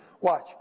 Watch